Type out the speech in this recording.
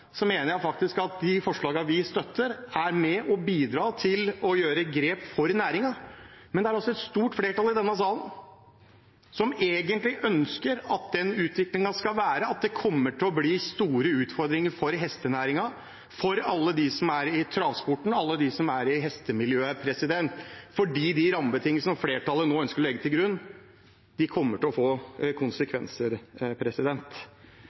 mener jeg faktisk at de forslagene vi støtter, er med og bidrar til å ta grep for næringen. Men det er også et stort flertall i denne salen som egentlig ønsker at den utviklingen skal være at det kommer til å bli store utfordringer for hestenæringen, for alle dem som er i travsporten, og for alle dem som er i hestemiljøet, for de rammebetingelsene flertallet nå ønsker å legge til grunn, kommer til å få